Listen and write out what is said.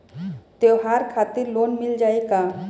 त्योहार खातिर लोन मिल जाई का?